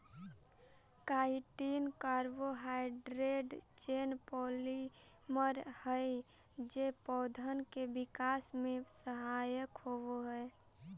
chitin carbohydrate chain polymer हई जे पौधन के विकास में सहायक होवऽ हई